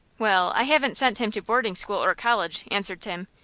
well, i haven't sent him to boarding school or college, answered tim.